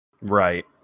Right